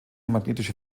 magnetische